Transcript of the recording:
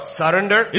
surrender